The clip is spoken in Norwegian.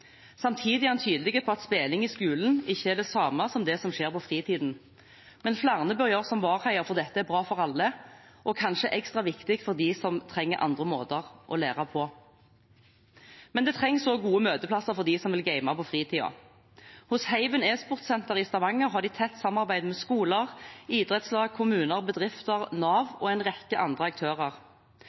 Samtidig er han tydelig på at spilling i skolen ikke er det samme som det som skjer på fritiden. Men flere bør gjøre som Vardheia, for dette er bra for alle og kanskje ekstra viktig for dem som trenger andre måter å lære på. Men det trengs også gode møteplasser for dem som vil game på fritiden. Hos Haven e-sportsenter i Stavanger har de tett samarbeid med skoler, idrettslag, kommuner, bedrifter, Nav og en rekke andre aktører.